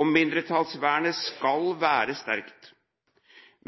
og mindretallsvernet skal være sterkt,